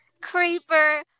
creeper